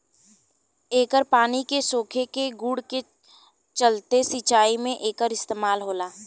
एकर पानी के सोखे के गुण के चलते सिंचाई में एकर इस्तमाल होला